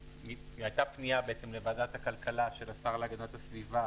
הייתה פנייה לוועדת הכלכלה של השר להגנת הסביבה